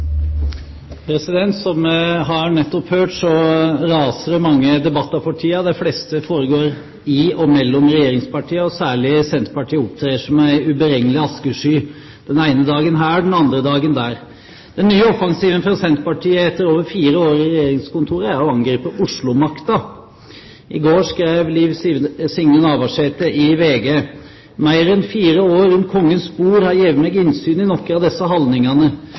har hørt, raser det mange debatter for tiden. De fleste foregår i og mellom regjeringspartiene, og særlig Senterpartiet opptrer som en uberegnelig askesky – den ene dagen her, den andre dagen der. Den nye offensiven fra Senterpartiet etter over fire år i regjeringskontoret er å angripe Oslo-makta. I går skrev Liv Signe Navarsete i VG: «Meir enn fire år rundt Kongens bord, har gjeve meg innsyn i nokre av